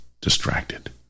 distracted